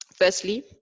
firstly